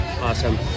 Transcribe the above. awesome